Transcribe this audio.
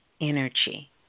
energy